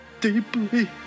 deeply